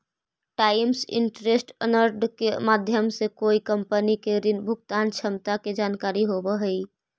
times interest earned के माध्यम से कोई कंपनी के ऋण भुगतान क्षमता के जानकारी होवऽ हई